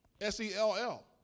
S-E-L-L